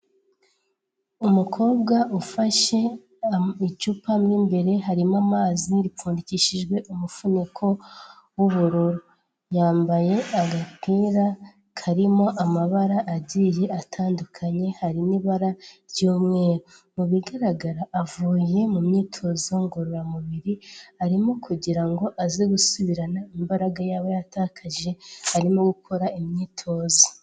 Umukobwa ufashe icupa mo imbere harimo amazi ripfundikishijwe umufuniko w'ubururu, yambaye agapira karimo amabara agiye atandukanye, harimo ibara ry'umweru mu bigaragara avuye mu myitozo ngororamubiri, arimo kugira ngo aze gusubirana imbaraga yatakaje arimo gukora imyitozo.